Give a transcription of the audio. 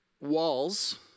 walls